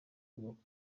kubaka